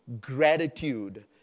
gratitude